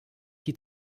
die